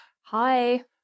Hi